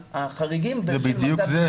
החריגים מבחינה רפואית -- זה בדיוק זה,